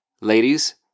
Ladies